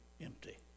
empty